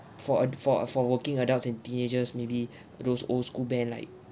for uh for uh for working adults and teenagers maybe those old school band like